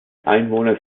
einwohner